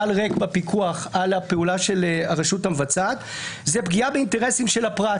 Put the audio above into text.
ריק בפיקוח על הפעולה של הרשות המבצעת זה פגיעה באינטרסים של הפרט